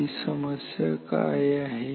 ती समस्या काय आहे